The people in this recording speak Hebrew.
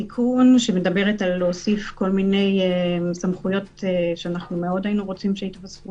יש תיקון שמדבר על להוסיף כל מיני סמכויות שאנחנו רוצים שיוסיפו